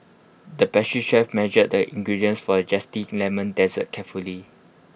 the pastry chef measured the ingredients for A Zesty Lemon Dessert carefully